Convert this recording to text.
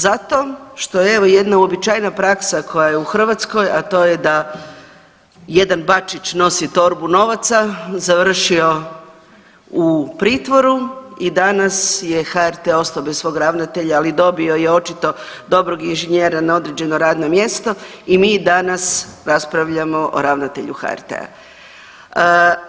Zato što evo jedna uobičajena praksa koja je u Hrvatskoj, a to je da jedan Bačić nosi torbu novaca, završio u pritvoru i danas je HRT ostao bez svog ravnatelja, ali dobio je očito dobrog inženjera na dobro mjesto i mi danas raspravljamo o ravnatelju HRT-a.